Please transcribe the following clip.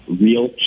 real